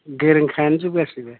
गोरोंखायानोजोब गासैबो